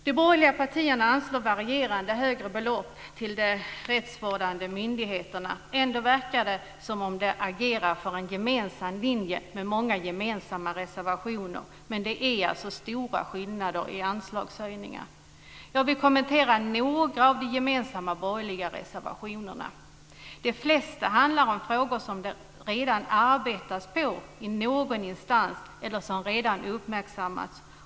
De borgerliga partierna anvisar varierande högre belopp till de rättsvårdande myndigheterna. Det kan verka som om de agerar för en gemensam linje med många gemensamma reservationen, men det är stora skillnader vad gäller anslagshöjningar. Jag vill kommentera några av de gemensamma borgerliga reservationerna. De flesta handlar om frågar som det redan arbetas på i någon instans eller som redan uppmärksammats.